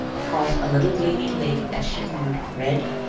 across a little gleaming lake that shimmered red,